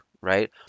right